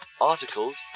articles